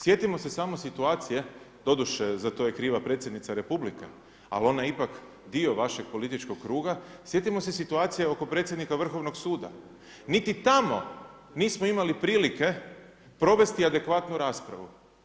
Sjetimo se samo situacije doduše, za to je kriva Predsjednica Republike, ali ona je ipak dio vašeg političkog kruga, sjetimo se situacije oko predsjednika Vrhovnog suda, niti tamo nismo imali prilike provesti adekvatnu raspravu.